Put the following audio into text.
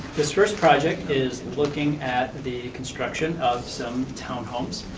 this first project is looking at the construction of some townhomes.